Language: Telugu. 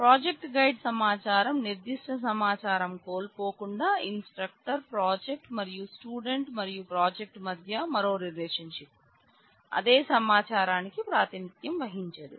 ప్రాజెక్ట్ గైడ్ సమాచారం నిర్ధిష్ట సమాచారం కోల్పోకుండా ఇన్స్ట్రక్టర్ ప్రాజెక్ట్ మరియు స్టూడెంట్ మరియు ప్రాజెక్ట్ మధ్య మరో రిలేషన్షిప్ అదే సమాచారానికి ప్రాతినిధ్యం వహించదు